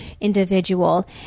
individual